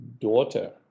daughter